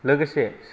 लोगोसे